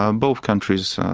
um both countries,